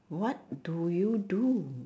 what do you do